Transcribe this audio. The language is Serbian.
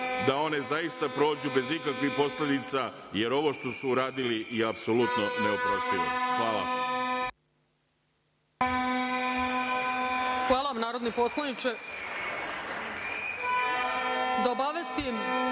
da one zaista prođu bez ikakvih posledica, jer ovo što su uradili je apsolutno neoprostivo. Hvala. **Ana Brnabić** Hvala vam narodni poslaniče. Da obavestim